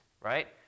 right